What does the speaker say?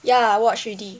ya watch already